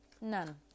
None